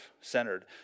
centered